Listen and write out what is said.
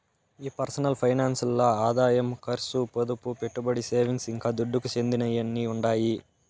ఈ personal finance ల్ల ఆదాయం కర్సు, పొదుపు, పెట్టుబడి, సేవింగ్స్, ఇంకా దుడ్డుకు చెందినయ్యన్నీ ఉండాయి